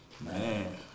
Man